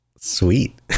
Sweet